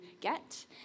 get